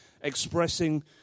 expressing